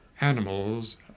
animals